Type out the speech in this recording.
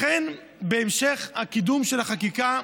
לכן, בהמשך הקידום של החקיקה,